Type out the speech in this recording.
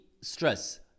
stress